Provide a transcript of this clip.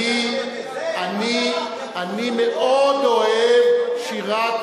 בשבילי, אני, אני מאוד אוהב את שירת